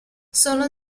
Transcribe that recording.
sono